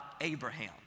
Abraham